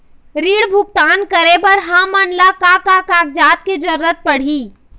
ऋण भुगतान करे बर हमन ला का का कागजात के जरूरत पड़ही?